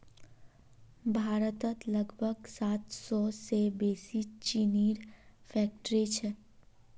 भारतत लगभग सात सौ से बेसि चीनीर फैक्ट्रि छे